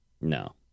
No